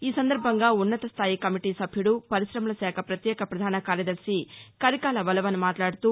ఈ సందర్భంగా ఉన్నత స్థాయి కమిటీ సభ్యుడు పరిశమల శాఖ పత్యేక ప్రధాన కార్యదర్శి కరికాల వలవన్ మాట్లాడుతూ